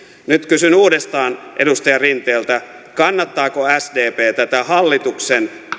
nyt kysyn uudestaan edustaja rinteeltä kannattaako sdp tätä hallituksen